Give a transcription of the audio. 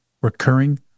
recurring